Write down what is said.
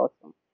awesome